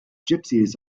gypsies